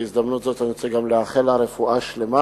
ובהזדמנות זאת אני רוצה גם לאחל לה רפואה שלמה,